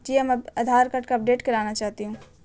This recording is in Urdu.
جی ہاں میں آدھار کارڈ کا اپڈیٹ کرانا چاہتی ہوں